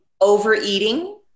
overeating